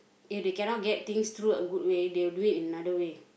if they cannot get things through a good way they will do it another way